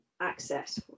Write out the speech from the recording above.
access